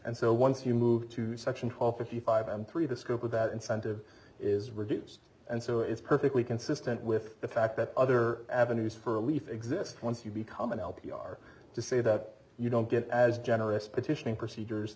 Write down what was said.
and so once you move to section top fifty five and three the scope of that incentive is reduced and so is perfectly consistent with the fact that other avenues for relief exist once you become an l p r to see that you don't get as generous petitioning procedures